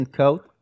coat